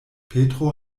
petro